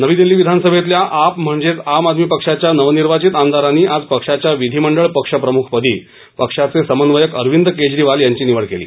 नवी दिल्ली विधानसभेतल्या आप म्हणजेच आम आदमी पक्षाच्या नवनिर्वाचित आमदारांनी आज पक्षाच्या विधिमंडळ पक्ष प्रमुख पदी पक्षाचे समन्वयक अरविंद केजरीवाल यांची निवड केली